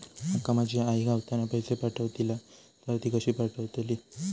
माका माझी आई गावातना पैसे पाठवतीला तर ती कशी पाठवतली?